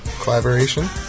collaboration